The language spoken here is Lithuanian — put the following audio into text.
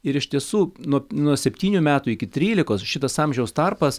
ir iš tiesų nuo nuo septynių metų iki trylikos šitas amžiaus tarpas